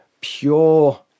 pure